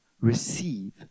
receive